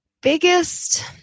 biggest